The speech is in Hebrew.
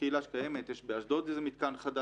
קהילה שקיימת, יש